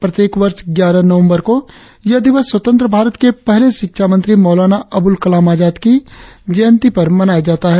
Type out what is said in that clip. प्रत्येक वर्ष ग्यारह नवंबर को यह दिवस स्वतंत्र भारत के पहले शिक्षा मंत्री मौलाना अबुल कलाम आजाद की जयंती पर मनाया जाता है